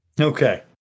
Okay